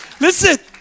Listen